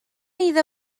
iddo